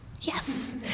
Yes